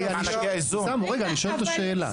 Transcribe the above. אני שואל אותו שאלה,